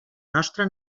nostra